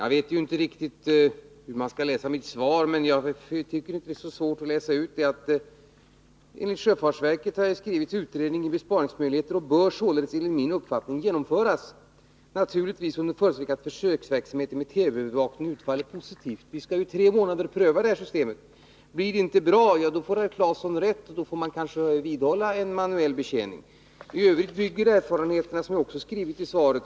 Herr talman! Jag vet inte riktigt hur man kan läsa mitt svar, men jag tycker inte det är så svårt att läsa ut att fjärrmanövrering enligt sjöfartsverkets utredning innebär besparingsmöjligheter och således enligt min uppfattning bör genomföras, naturligtvis under förutsättning att försöksverksamheten med TV-övervakning utfaller positivt. Viskall i tre månader pröva detta system. Blir det inte bra får herr Claeson rätt, och då får vi kanske bibehålla en manuell betjäning. I övrigt vill jag understryka att erfarenheterna av fjärrmanövrering är goda, vilket jag också skrivit i svaret.